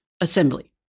assembly